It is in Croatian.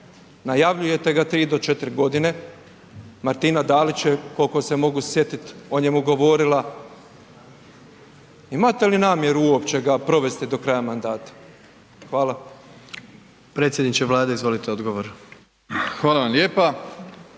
Najavljujete ga tri do četiri godine, Martina Dalić je koliko se mogu sjetiti o njemu govorila, imate li namjeru uopće ga provesti do kraja mandata? Hvala. **Jandroković, Gordan (HDZ)**